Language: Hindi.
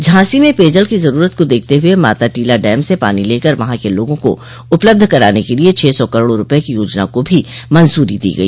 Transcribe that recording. झांसी में पेयजल की जरूरत को देखते हुए माताटीला डैम से पानी लेकर वहां के लोगों को उपलब्ध कराने के लिए छह सौ करोड़ रूपये की योजना को भी मंजूरी दी गई